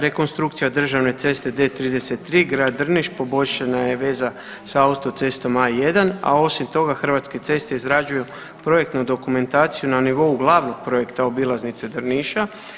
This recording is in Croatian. Rekonstrukcija na državnoj cesti D-33 grad Drniš poboljšana je veza sa autocestom A-1, a osim toga Hrvatske ceste izrađuju projektnu dokumentaciju na nivou glavnog projekta obilaznice Drniša.